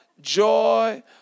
joy